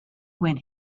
win